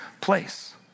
place